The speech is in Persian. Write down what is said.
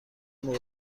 موقع